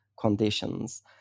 conditions